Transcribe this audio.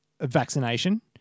vaccination